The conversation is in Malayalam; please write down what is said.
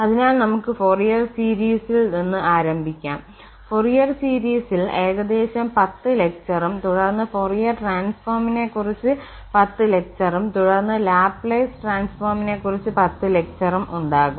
അതിനാൽ നമുക് ഫോറിയർ സീരീസിൽ നിന്ന് ആരംഭിക്കാം ഫോറിയർ സീരീസിൽ ഏകദേശം 10 ലെക്ചറും തുടർന്ന് ഫോറിയർ ട്രാൻസ്ഫോമിനെക്കുറിച്ച് 10 ലെക്ചറും തുടർന്ന് ലാപ്ലേസ് ട്രാൻസ്ഫോമിനെക്കുറിച്ച് 10 ലെക്ചറും ഉണ്ടാകും